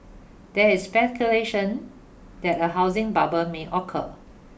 there is speculation that a housing bubble may occur